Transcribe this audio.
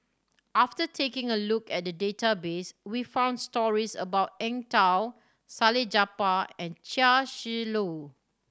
after taking a look at the database we found stories about Eng Tow Salleh Japar and Chia Shi Lu